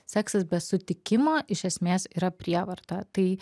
seksas be sutikimo iš esmės yra prievarta tai